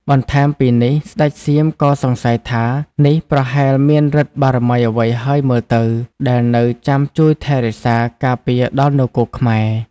បន្ថែមពីនេះស្ដេចសៀមក៏សង្ស័យថា នេះប្រហែលមានឬទ្ធិបារមីអ្វីហើយមើលទៅ ដែលនៅចាំជួយថែរក្សា ការពារដល់នគរខ្មែរ។